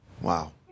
Wow